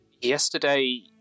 yesterday